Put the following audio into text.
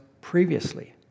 previously